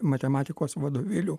matematikos vadovėlių